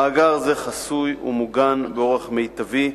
מאגר זה חסוי ומוגן באורח מיטבי,